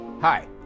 Hi